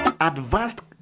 advanced